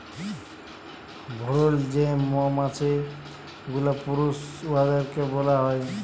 ভুরুল যে মমাছি গুলা পুরুষ উয়াদেরকে ব্যলা হ্যয়